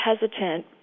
hesitant